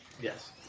Yes